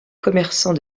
commerçant